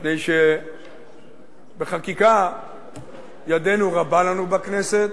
מפני שבחקיקה ידנו רבה לנו בכנסת,